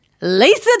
Lisa